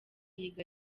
yiga